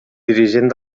dirigent